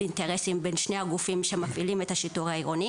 אינטרסים בין שני הגופים שמפעילים את השיטור העירוני